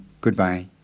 Goodbye